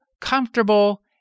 comfortable